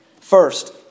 First